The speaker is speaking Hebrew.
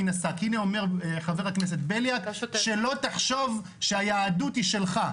חבר הכנסת בליאק, תחליף אותי לכמה דקות.